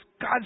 God